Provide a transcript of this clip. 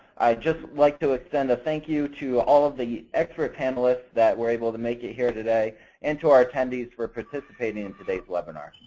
i just like to extend a thank you to all the expert panelists that were able to make it here today and to our attendees for participating in today's webinar.